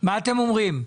מה אתם אומרים?